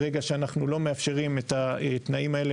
ברגע שאנחנו לא מאפשרים את התנאים האלה